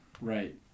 Right